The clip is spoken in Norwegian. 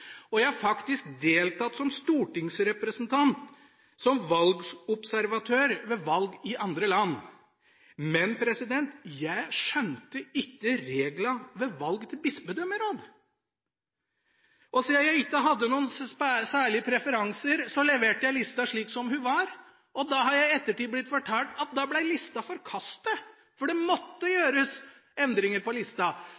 og jeg har deltatt som stortingsrepresentant som valgobservatør ved valg i andre land. Men jeg skjønte ikke reglene for valg til bispedømmeråd, og siden jeg ikke hadde noen særlige preferanser, leverte jeg lista slik som den var. I ettertid er jeg blitt fortalt at lista ble forkastet, for det måtte